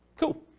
Cool